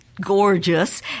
Gorgeous